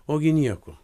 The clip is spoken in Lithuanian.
ogi niekuo